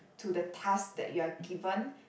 to the task that you are given